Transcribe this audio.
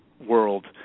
world